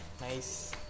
Nice